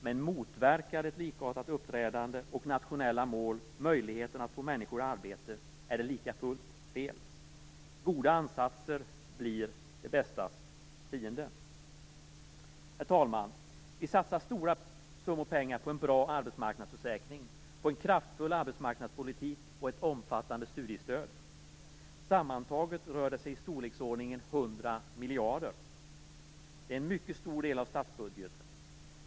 Men motverkar ett likartat uppträdande och nationella mål möjligheten att få människor i arbete är det likafullt fel. Goda ansatser blir det bästas fiende. Herr talman! Vi satsar stora summor pengar på en bra arbetsmarknadsförsäkring, på en kraftfull arbetsmarknadspolitik och ett omfattande studiestöd. Sammantaget rör det sig om belopp i storleksordningen 100 miljarder. Det är en mycket stor del av statsbudgeten.